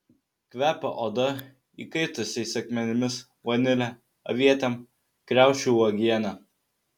kvepia oda įkaitusiais akmenimis vanile avietėm kriaušių uogiene